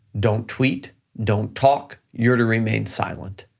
don't tweet, don't talk, you're to remain silent.